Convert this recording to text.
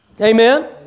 Amen